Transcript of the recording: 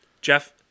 Jeff